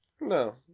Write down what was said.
No